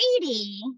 lady